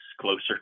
closer